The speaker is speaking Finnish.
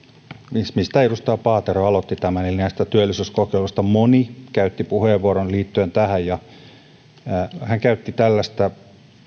mistä mistä edustaja paatero aloitti eli näistä työllisyyskokeiluista moni käytti puheenvuoron liittyen tähän hän käytti tällaista